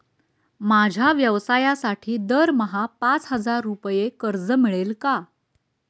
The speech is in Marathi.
माझ्या व्यवसायासाठी दरमहा पाच हजार रुपये कर्ज मिळेल का?